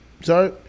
Sorry